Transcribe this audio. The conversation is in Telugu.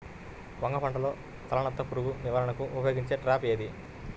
వంగ పంటలో తలనత్త పురుగు నివారణకు ఉపయోగించే ట్రాప్ ఏది?